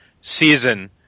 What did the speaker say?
season